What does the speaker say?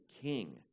king